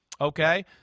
okay